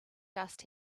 dust